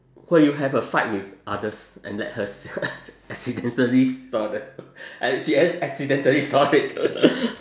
where you have a fight with others and let her se~ accidentally saw that she accidentally saw it